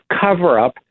cover-up